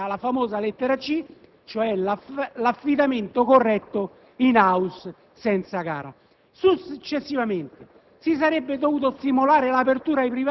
Questo appunto attraverso la famosa lettera *c)*, cioè l'affidamento corretto*in house* senza gara. Successivamente,